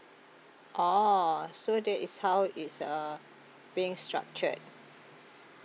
orh so that is how it's uh being structured